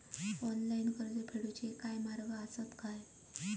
Online कर्ज फेडूचे काय मार्ग आसत काय?